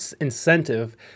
incentive